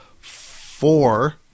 four